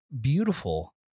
beautiful